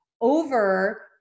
over